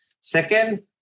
Second